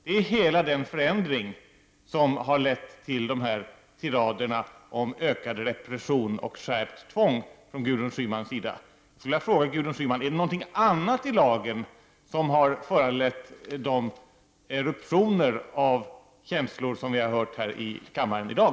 Det är hela den förändring som har lett till de här tiraderna från Gudrun Schyman om ökad repression och skärpt tvång. Jag vill fråga Gudrun Schyman: Är det något annat i lagen som har föranlett de eruptioner av känslor som vi har mötts av här i kammaren i dag?